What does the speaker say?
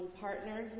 partner